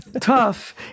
tough